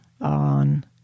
on